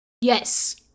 Yes